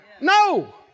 no